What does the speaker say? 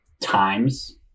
times